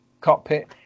cockpit